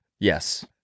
Yes